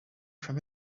from